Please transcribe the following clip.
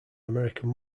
american